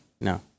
No